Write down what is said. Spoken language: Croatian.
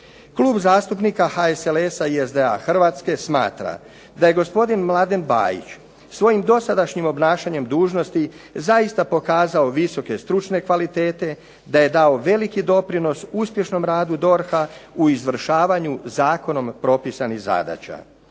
Klub zastupnika HSLS-a i SDA Hrvatske smatra da je gospodin Mladen Bajić svojim dosadašnjem obnašanjem dužnosti zaista pokazao visoke stručne kvalitete, da je dao veliki doprinos uspješnom radu DORH-a u izvršavanju zakonom propisanih zadaća.